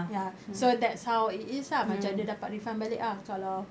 ya so that's how it is lah macam dia dapat refund balik ah kalau